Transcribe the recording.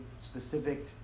specific